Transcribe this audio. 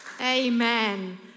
Amen